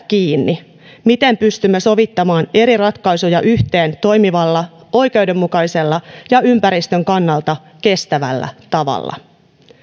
kiinni miten pystymme sovittamaan eri ratkaisuja yhteen toimivalla oikeudenmukaisella ja ympäristön kannalta kestävällä tavalla